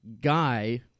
guy